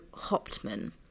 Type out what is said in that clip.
Hauptmann